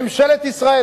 ממשלת ישראל,